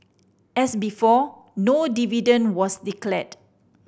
as before no dividend was declared